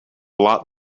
lot